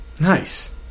Nice